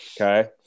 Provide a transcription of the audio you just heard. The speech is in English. Okay